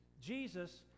Jesus